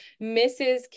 Mrs